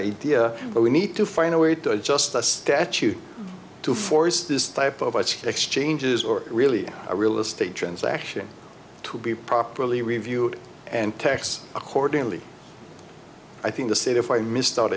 idea but we need to find a way to adjust the statute to force this type of exchanges or really a real estate transaction to be properly reviewed and tax accordingly i think this if i missed out